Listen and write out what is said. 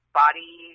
body